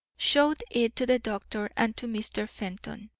showed it to the doctor and to mr. fenton.